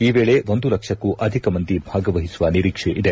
ಈ ವೇಳೆ ಒಂದು ಲಕ್ಷಕ್ಕೂ ಅಧಿಕ ಮಂದಿ ಭಾಗವಹಿಸುವ ನಿರೀಕ್ಷೆ ಇದೆ